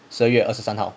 十二月二十三号